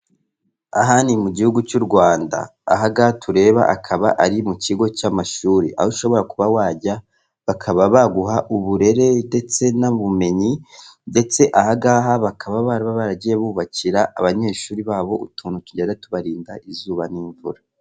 Aha ni mu gihugu cy'u Rwanda, aha ngaha tureba akaba ari mu kigo cy'amashuri, aho ushobora kuba wajya bakaba baguha uburere ndetse n'ubumenyi, ndetse aha bakaba baragiye bubakira abanyeshuri babo utuntu tugenda tubarinda izuba n'imvura.